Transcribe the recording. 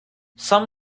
some